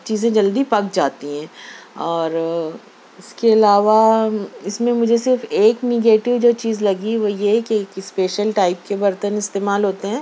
چیزیں جلدی پک جاتی ہیں اور اِس کے علاوہ اِس میں مجھے صرف ایک نگیٹو جو چیز لگی وہ یہ ہے کہ ایک اسپیشل ٹائپ کے برتن استعمال ہوتے ہیں